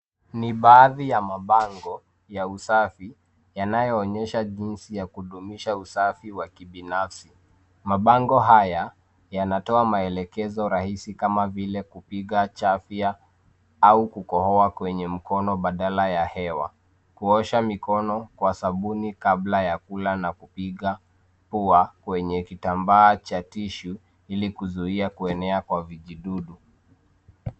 Hii ni sehemu ya mabango ya usafi yanayoelekeza jinsi ya kudumisha usafi binafsi. Mabango hayo yana maelezo rahisi kama vile: kupiga chafya au kukohoa kwenye kiwiko badala ya hewani, na kunawa mikono kwa sabuni kabla ya kula.